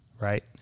right